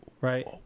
right